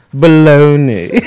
baloney